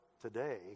today